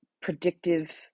predictive